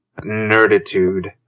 nerditude